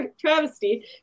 travesty